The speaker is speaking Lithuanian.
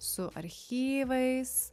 su archyvais